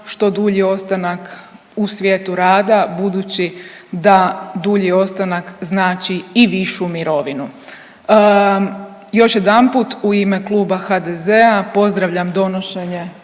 što dulji ostanak u svijetu rada budući da dulji ostanak znači i višu mirovinu. Još jedanput, u ime Kluba HDZ-a pozdravljam donošenje